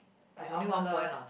like omelette